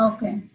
Okay